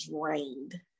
drained